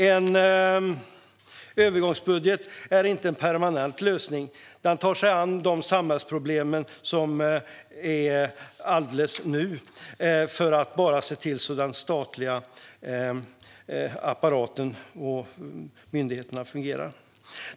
En övergångsbudget är inte en permanent lösning. Den tar sig an de samhällsproblem som gäller alldeles nu - detta för att se till att den statliga apparaten och de statliga myndigheterna fungerar.